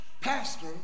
pastor